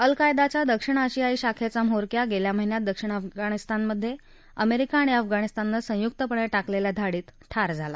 अल कायदाच्या दक्षिण आशियाई शाखप्त म्होरक्या गव्खा महिन्यात दक्षिण अफगाणिस्तानमध्य अमरिका आणि अफगाणिस्ताननं संयुकपणक्रिलेखा कारवाईत ठार झाला